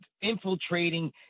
infiltrating